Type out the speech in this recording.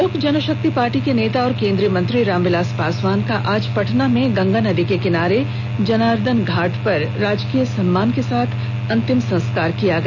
लोक जनशक्ति पार्टी के नेता और केन्द्रीय मंत्री रामविलास पासवान का आज पटना में गंगा नदी के किनारे जनार्दन घाट पर राजकीय सम्मान के साथ अंतिम संस्कार किया गया